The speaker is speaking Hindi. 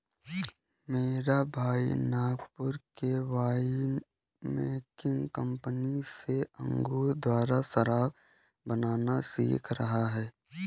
मेरा भाई नागपुर के वाइन मेकिंग कंपनी में अंगूर द्वारा शराब बनाना सीख रहा है